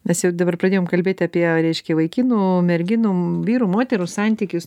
mes jau dabar pradėjom kalbėti apie reiškia vaikinų merginų vyrų moterų santykius